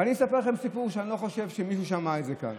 ואני אספר לכם סיפור שאני לא חושב שמישהו שמע כאן: